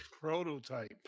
Prototype